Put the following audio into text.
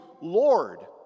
Lord